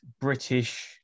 British